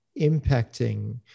impacting